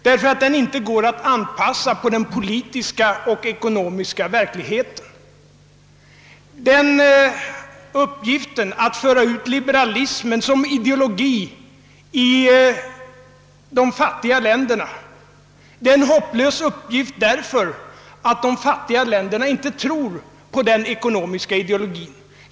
Den går inte att anpassa till den politiska och ekonomiska verkligheten. Uppgiften att föra ut liberalismen som ideologi i de fattiga länderna är hopplös, därför att man i de fattiga länderna inte tror på den ideologien.